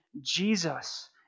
Jesus